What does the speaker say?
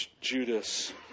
Judas